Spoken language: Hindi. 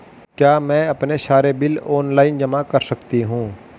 क्या मैं अपने सारे बिल ऑनलाइन जमा कर सकती हूँ?